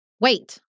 wait